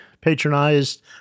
patronized